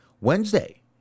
Wednesday